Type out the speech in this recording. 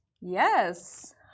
Yes